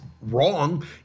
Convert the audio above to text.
wrong